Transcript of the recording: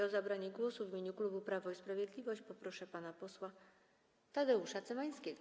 O zabranie głosu w imieniu klubu Prawo i Sprawiedliwość poproszę pana posła Tadeusza Cymańskiego.